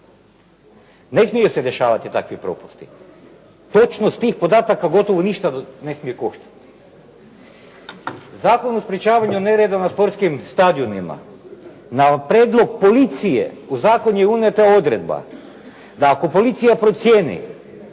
Ne smiju se dešavati takvi propusti. Točnost tih podataka gotovo ništa ne smije koštati. Zakon o sprečavanju nereda na sportskim stadionima. Na prijedlog policije u zakon je unijeta odredba da ako policija procijeni